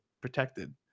protected